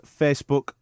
Facebook